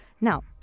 Now